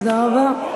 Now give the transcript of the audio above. תודה רבה.